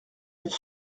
pour